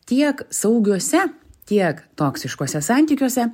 tiek saugiuose tiek toksiškuose santykiuose